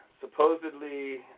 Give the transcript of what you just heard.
supposedly